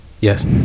Yes